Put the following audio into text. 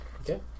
Okay